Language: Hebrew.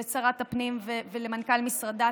לשרת הפנים ולמנכ"ל משרדה.